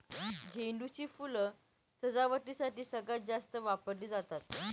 झेंडू ची फुलं सजावटीसाठी सगळ्यात जास्त वापरली जातात